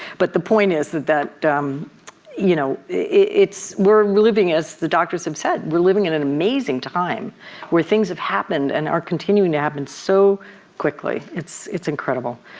but the point is that that you know we're we're living as the doctors have said we're living in an amazing time where things have happened and are continuing to happen so quickly. it's it's incredible.